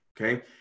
Okay